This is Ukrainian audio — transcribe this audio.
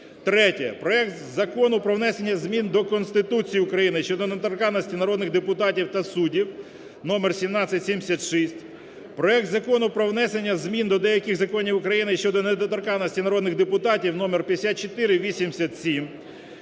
Проект Закону про внесення змін до Конституції України щодо недоторканності народних депутатів та суддів (номер 1776). Проект Закону про внесення змін до деяких Законів України щодо недоторканності народних депутатів (номер 5487).